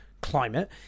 climate